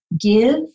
give